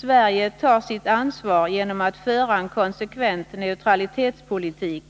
Sverige tar sitt ansvar genom att föra ”en konsekvent neutralitetspolitik